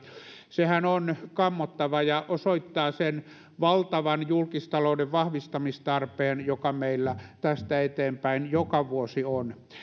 sehän on kammottava ja osoittaa sen valtavan julkistalouden vahvistamistarpeen joka meillä tästä eteenpäin joka vuosi on